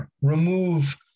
Remove